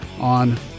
on